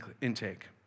intake